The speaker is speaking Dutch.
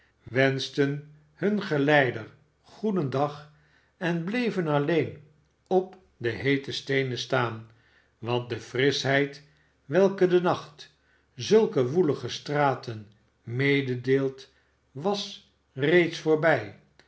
wenschten hun geleider goedendag en bleven alleen op de heete steenen staan want de frischheid welke de nacht zulke woelige straten mededeelt was reeds voorbij